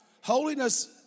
holiness